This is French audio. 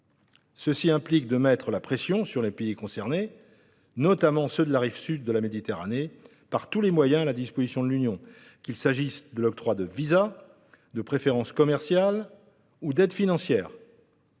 Cela implique de mettre la pression sur les pays concernés, notamment ceux de la rive sud de la Méditerranée, par tous les moyens à la disposition de l'Union européenne : octroi de visas, préférences commerciales, aides financières